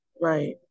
Right